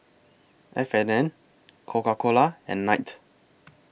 F and N Coca Cola and Knight